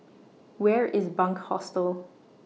Where IS Bunc Hostel